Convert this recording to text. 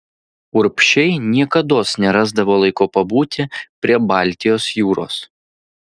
urbšiai niekados nerasdavo laiko pabūti prie baltijos jūros